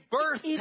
birth